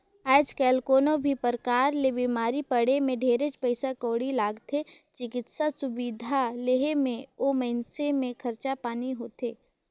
आयज कायल कोनो भी परकार ले बिमारी पड़े मे ढेरेच पइसा कउड़ी लागथे, चिकित्सा सुबिधा लेहे मे ओ मइनसे के खरचा पानी होथे